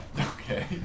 Okay